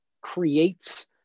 creates